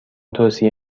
توصیه